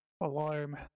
alarm